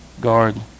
guard